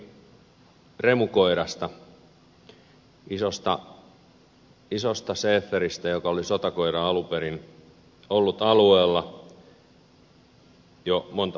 puhuin remu koirasta isosta schäferistä joka oli sotakoira alunperin ollut alueella jo monta vuotta